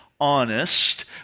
Honest